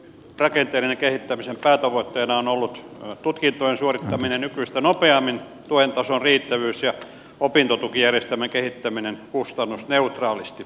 rakenteellisen kehittämisen päätavoitteena on ollut tutkintojen suorittaminen nykyistä nopeammin tuen tason riittävyys ja opintotukijärjestelmän kehittäminen kustannusneutraalisti